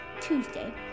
Tuesday